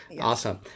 Awesome